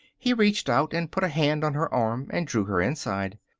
he reached out and put a hand on her arm and drew her inside.